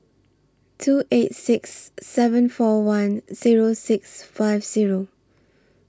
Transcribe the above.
two eight six seven four one Zero six five Zero